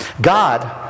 God